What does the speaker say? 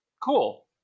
cool